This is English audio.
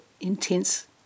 intense